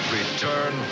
return